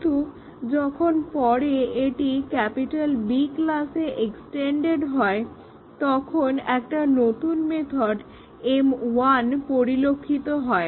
কিন্তু যখন পরে এটি B ক্লাসে এক্সটেন্ড হয় তখন একটা নতুন মেথড m1 পরিলক্ষিত হয়